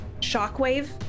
shockwave